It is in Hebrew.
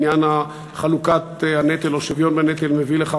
עניין חלוקת הנטל או השוויון בנטל מביא לכך